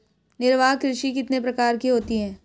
निर्वाह कृषि कितने प्रकार की होती हैं?